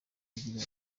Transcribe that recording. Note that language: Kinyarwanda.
kugira